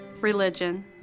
religion